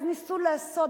אז ניסו לעשות,